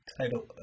title